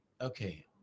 okay